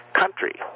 country